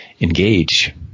engage